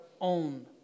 own